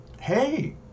hey